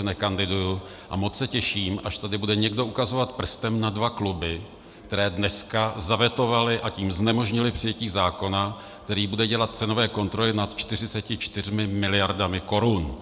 A moc se těším, až tady bude někdo ukazovat prstem na dva kluby, které dneska zavetovaly, a tím znemožnily přijetí zákona, který bude dělat cenové kontroly nad 44 miliardami korun.